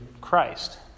Christ